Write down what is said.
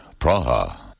Praha